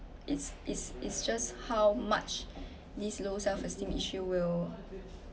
it's it's it's just how much these low self esteem issue will